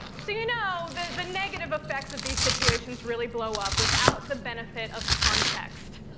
so you know. the negative effects of these situations really blow up, without the benefit of context.